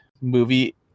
movie